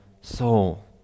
soul